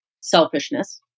selfishness